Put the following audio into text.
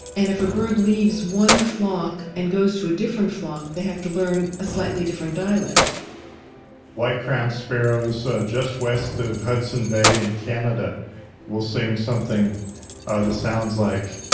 and, if a bird leaves one flock and goes to a different flock, they have to learn a slightly different dialect white-crowned sparrows just west of hudson bay in canada will sing something ah that sounds like,